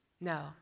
No